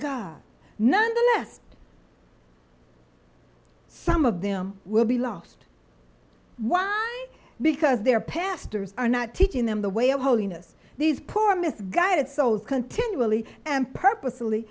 less some of them will be lost one because their pastors are not teaching them the way of holiness these poor misguided souls continually and purposely